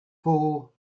four